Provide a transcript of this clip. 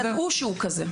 הם ידעו שהוא כזה.